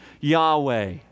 Yahweh